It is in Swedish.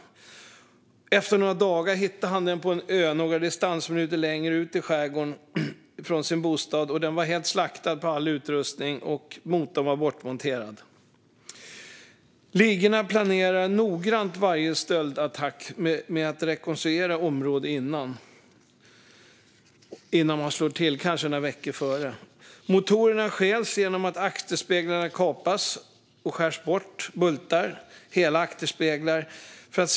Efter några dagar hittade han den på en ö några distansminuter längre ut. Då var den helt slaktad på all utrustning, och motorn var bortmonterad. Ligorna planerar noggrant varje stöldattack med att rekognosera området i kanske några veckor innan de slår till. Motorerna själs genom att akterspeglarna kapas eller att bultarna som säkrar motorerna i akterspegeln skärs bort.